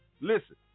listen